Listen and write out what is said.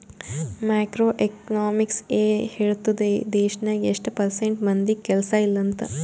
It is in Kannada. ಮ್ಯಾಕ್ರೋ ಎಕನಾಮಿಕ್ಸ್ ಎ ಹೇಳ್ತುದ್ ದೇಶ್ನಾಗ್ ಎಸ್ಟ್ ಪರ್ಸೆಂಟ್ ಮಂದಿಗ್ ಕೆಲ್ಸಾ ಇಲ್ಲ ಅಂತ